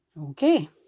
Okay